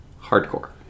Hardcore